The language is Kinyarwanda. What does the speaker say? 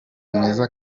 mwiza